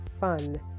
fun